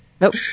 Nope